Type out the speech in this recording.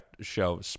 show